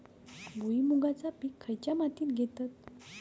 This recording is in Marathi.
भुईमुगाचा पीक खयच्या मातीत घेतत?